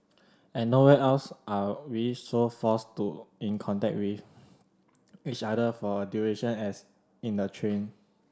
and nowhere else are we so forced to in contact with each other for a duration as in the train